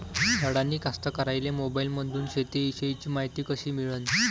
अडानी कास्तकाराइले मोबाईलमंदून शेती इषयीची मायती कशी मिळन?